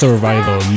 Survival